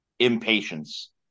impatience